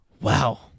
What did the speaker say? Wow